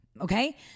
okay